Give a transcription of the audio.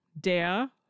Der